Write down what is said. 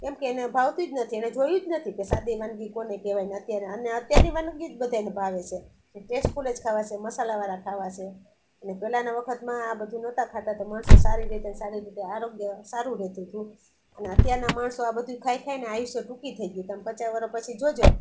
કેમકે એને ભાવતી જ નથી એને જોયું જ નથી કે સાદી વાનગી કોને કહેવાય ને અત્યારે આને અત્યારની વાનગીઓ જ બધાને ભાવે ઠે જે ટેસ્ટફૂલ જ ખાવા છે મસાલાવાળા ખાવા છે અને પહેલાંના વખતમાં આ બધું નહોતા ખાતા તો માણસો સારી રીતે સારી રીતે આરોગ્ય સારું રહેતું હતું અને અત્યારના માણસો આ બધું ખાઈ ખાઈને આયુષ્ય ટૂંકી થઈ ગયું તમે પચાસ વર્ષ પછી જોજો